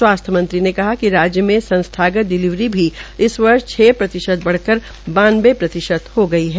स्वास्थ्य मंत्री ने कहा कि राज्य में संस्थागत डिलीवरी भी इस वर्ष छ प्रतिशत बढ़कर बानवें प्रतिशत हो गई है